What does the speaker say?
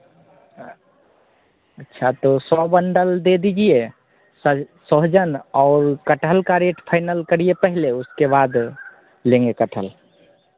अच्छा तो सौ बंडल दे दीजिए सह सोहजन और कठहल का रेट फाइनल करिए पहले उसके बाद लेंगे कठहल